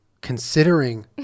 considering